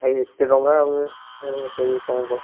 ଆଉ ଏତେ ଟଙ୍କା ଆମେ କେମିତି କ'ଣ କରିବୁ